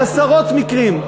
בעשרות מקרים,